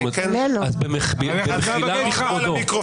אז אני מבקשת את רשות היושב-ראש.